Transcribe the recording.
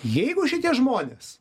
jeigu šitie žmonės